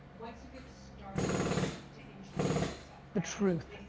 what's a good starting point to introduce yourself. the truth,